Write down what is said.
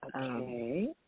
Okay